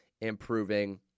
improving